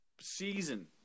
season